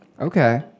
Okay